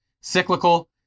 Cyclical